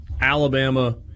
Alabama